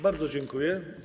Bardzo dziękuję.